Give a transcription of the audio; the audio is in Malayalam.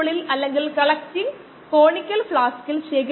അതിനാൽ നമ്മൾ നിരക്ക് കണക്കിലെടുത്ത് പ്രവർത്തിക്കുന്നു